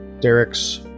Derek's